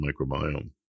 microbiome